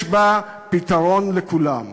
יש בה פתרון לכולם.